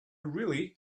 really